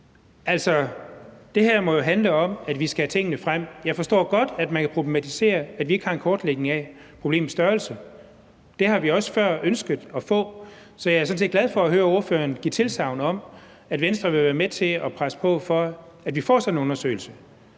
det her må jo handle om, at vi skal have tingene frem. Jeg forstår godt, at man kan problematisere, at vi ikke har en kortlægning af problemets størrelse; det har vi også før ønsket at få, så jeg er sådan set glad for at høre ordføreren give tilsagn om, at Venstre vil være med til at presse på for, at vi får sådan en undersøgelse.